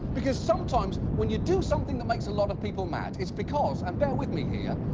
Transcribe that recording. because sometimes when you do something that makes a lot of people mad, it's because, and bear with me here,